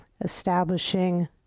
Establishing